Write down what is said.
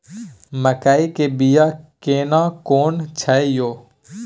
मकई के बिया केना कोन छै यो?